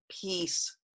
peace